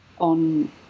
on